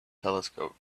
telescope